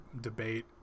debate